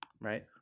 Right